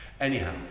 Anyhow